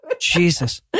Jesus